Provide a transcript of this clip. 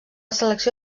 selecció